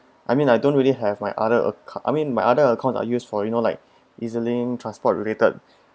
I mean I don't really have my other account I mean my other account I use for you know like ezlink transport related